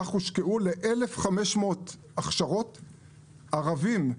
שקלים ל-1,500 הכשרות בפריפריה: ערבים,